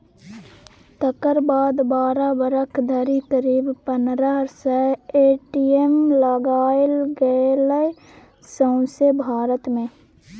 तकर बाद बारह बरख धरि करीब पनरह सय ए.टी.एम लगाएल गेलै सौंसे भारत मे